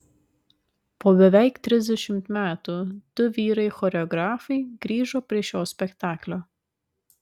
po beveik trisdešimt metų du vyrai choreografai grįžo prie šio spektaklio